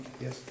yes